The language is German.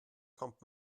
kommt